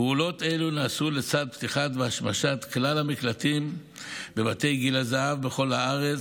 פעולות אלו נעשו לצד פתיחת והשמשת כלל המקלטים בבתי גיל הזהב בכל הארץ,